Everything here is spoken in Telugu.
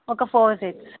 ఒక ఫోర్ సెట్స్